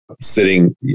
sitting